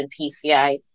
PCI